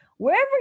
Wherever